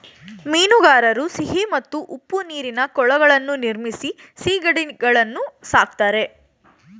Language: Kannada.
ಮೀನುಗಾರರು ಸಿಹಿ ಮತ್ತು ಉಪ್ಪು ನೀರಿನ ಕೊಳಗಳನ್ನು ನಿರ್ಮಿಸಿ ಸಿಗಡಿಗಳನ್ನು ಸಾಕ್ತರೆ